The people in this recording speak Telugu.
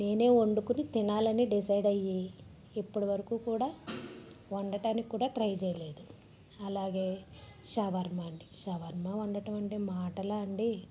నేనే వండుకుని తినాలని డిసైడ్ అయ్యి ఇప్పటివరకు కూడా వండటానికి కూడా ట్రై చేయలేదు అలాగే షవరమా అండి షవరమా వండాలంటే మాటలా అండి